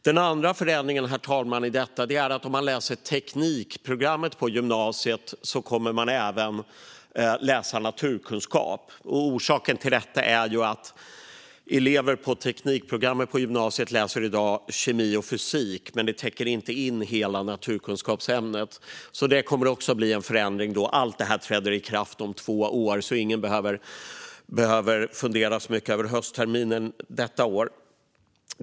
Den andra förändringen i fråga om detta är att elever som läser teknikprogrammet på gymnasiet kommer att läsa även naturkunskap. Orsaken till detta är att elever på teknikprogrammet på gymnasiet i dag läser kemi och fysik, men programmet täcker inte in hela naturkunskapsämnet. Här kommer det alltså också att bli en förändring. Allt detta träder i kraft om två år, så ingen behöver fundera så mycket över höstterminen detta år.